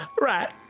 Right